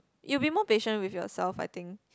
you'll be more patient with yourself I think